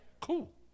cool